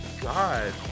god